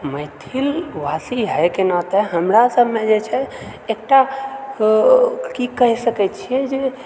मैथिलवासी होएकेंँ नाते हमरा सभमे जे छै एकटा कि कहि सकए छिऐ जे